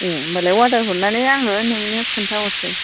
ए होमबालाय अर्डार हरनानै आङो नोंनो खिन्थाहरसै